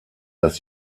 das